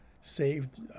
saved